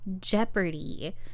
jeopardy